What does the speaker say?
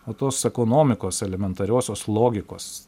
o tos ekonomikos elementariosios logikos